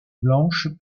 blanche